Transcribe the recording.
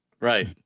Right